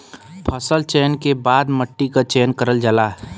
फसल चयन के बाद मट्टी क चयन करल जाला